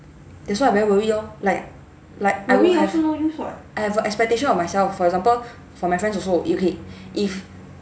that's why I very worried orh like like I will have I have a expectation of myself for example for my friends also eh okay if